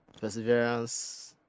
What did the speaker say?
perseverance